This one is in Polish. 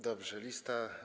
Dobrze, lista.